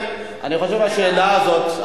השאלה הזאת,